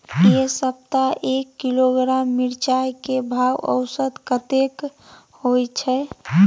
ऐ सप्ताह एक किलोग्राम मिर्चाय के भाव औसत कतेक होय छै?